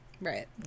Right